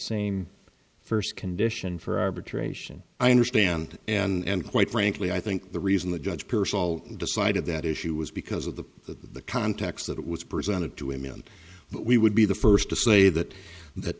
same first condition for arbitration i understand and quite frankly i think the reason the judge pierce all decided that issue was because of the the context that was presented to him and we would be the first to say that that